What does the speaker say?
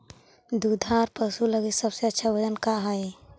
दुधार पशु लगीं सबसे अच्छा भोजन का हई?